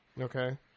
Okay